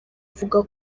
avuga